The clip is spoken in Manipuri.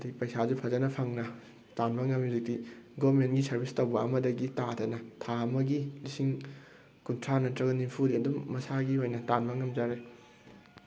ꯑꯗꯩ ꯄꯩꯁꯥꯁꯨ ꯐꯖꯅ ꯐꯪꯅ ꯇꯥꯟꯕ ꯉꯝꯂꯦ ꯍꯧꯖꯤꯛꯇꯤ ꯒꯣꯔꯃꯦꯟꯒꯤ ꯁꯔꯚꯤꯁ ꯇꯧꯕ ꯑꯃꯗꯒꯤ ꯇꯥꯗꯅ ꯊꯥ ꯑꯃꯒꯤ ꯂꯨꯄꯥ ꯂꯤꯁꯤꯡ ꯀꯨꯟꯊ꯭ꯔꯥ ꯅꯠꯇ꯭ꯔꯒ ꯅꯤꯐꯨꯗꯤ ꯑꯗꯨꯝ ꯃꯁꯥꯒꯤ ꯑꯣꯏꯅ ꯇꯥꯟꯕ ꯉꯝꯖꯔꯦ